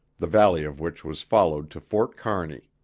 the valley of which was followed to fort kearney.